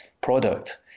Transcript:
product